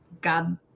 god